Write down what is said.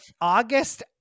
August